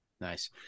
nice